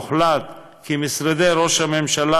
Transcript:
הוחלט כי משרדי ראש הממשלה,